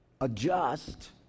adjust